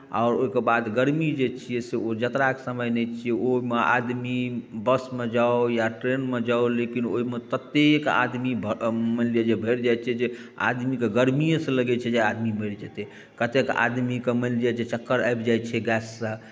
आओर ओहिके बाद गर्मी जे छियै से ओ यात्राक समय नहि छियै ओहिमे आदमी बसमे जाउ या ट्रेनमे जाउ लेकिन ओहिमे ततेक आदमी भ मानि लिअ जे भरि जाइत छै जे आदमीके गर्मीएसँ लगै छै जे आदमी मरि जेतै कतेक आदमीकेँ मानि लिअ जे चक्कर आबि जाइत छै गैससँ